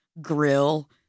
grill